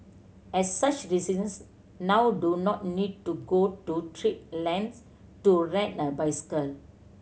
as such residents now do not need to go to treat lengths to rent a bicycle